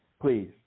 Please